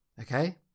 okay